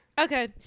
okay